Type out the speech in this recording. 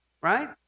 Right